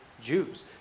Jews